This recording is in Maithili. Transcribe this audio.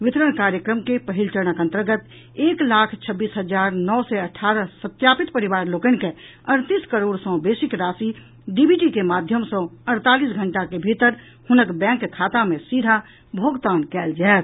वितरण कार्यक्रम के पहिल चरणक अंतर्गत एक लाख छब्बीस हजार नओ सय अठारह सत्यापित परिवार लोकनि के अड़तीस करोड़ सँ बेसीक राशि डीबीटी के माध्यम सँ अड़तालीस घंटा के भीतर हुनक बैंक खाता मे सीधा भोगतान कयल जायत